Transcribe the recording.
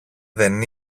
δεν